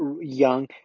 Young